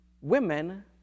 women